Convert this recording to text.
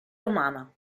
romana